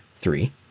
three